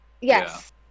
Yes